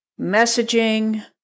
messaging